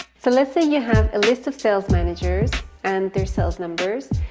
so let's say you have a list of sales managers and their sales numbers,